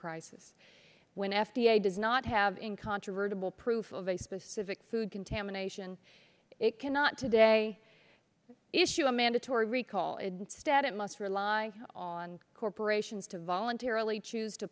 crisis when f d a does not have incontrovertibly approve of a specific food contamination it cannot today issue a mandatory recall instead it must rely on corporations to voluntarily choose to